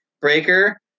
Breaker